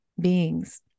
beings